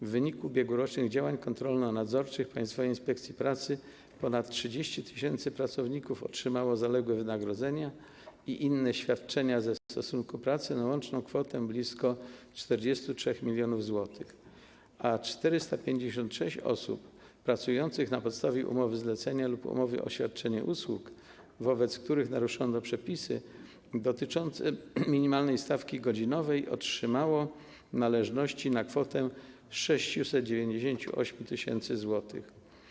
W wyniku ubiegłorocznych działań kontrolno-nadzorczych Państwowej Inspekcji Pracy ponad 30 tys. pracowników otrzymało zaległe wynagrodzenia i inne świadczenia ze stosunku pracy na łączną kwotę blisko 43 mln zł, a 456 osób pracujących na podstawie umowy zlecenia lub omowy o świadczenie usług, wobec których naruszono przepisy dotyczące minimalnej stawki godzinowej, otrzymało należności na kwotę 698 tys. zł.